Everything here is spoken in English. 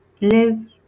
live